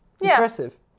Impressive